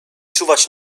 czuwać